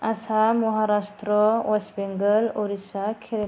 Assam Maharashtra West Bengal Odisha Kerala